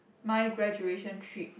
my graduation trip